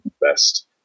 best